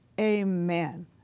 Amen